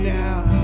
now